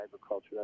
agriculture